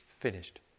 finished